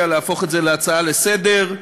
להפוך את הצעת החוק להצעה לסדר-היום,